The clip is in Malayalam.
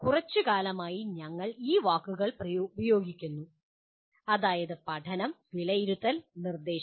കുറച്ചുകാലമായി ഞങ്ങൾ ഈ വാക്കുകൾ ഉപയോഗിക്കുന്നു അതായത് പഠനം വിലയിരുത്തൽ നിർദ്ദേശം